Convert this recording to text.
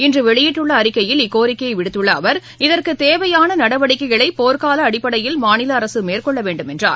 இன்றுவெளியிட்டுள்ளஅறிக்கையில் இக்கோரிக்கையைவிடுத்துள்ள அவர் இதற்குதேவையானநடவடிக்கைகளைபோர்காலஅடிப்படையில் மாநிலஅரசுமேற்கொள்ளவேண்டும் என்றார்